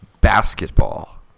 basketball